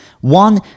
One